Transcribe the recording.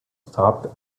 stopped